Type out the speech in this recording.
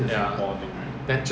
no matter how loud you